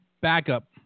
backup